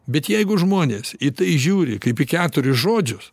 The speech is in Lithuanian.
bet jeigu žmonės į tai žiūri kaip į keturis žodžius